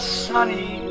sunny